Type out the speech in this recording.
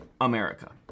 America